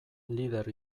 lider